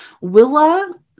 Willa